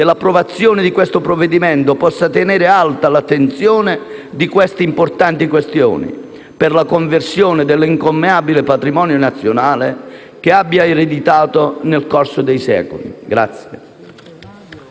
l'approvazione di questo provvedimento possa tenere alta l'attenzione su queste importanti questioni per la conservazione dell'incalcolabile patrimonio nazionale che abbiamo ereditato nel corso dei secoli.